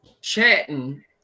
chatting